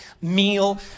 meal